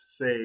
say